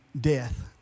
death